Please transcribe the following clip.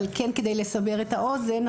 אבל כן כדי לסבר את האוזן,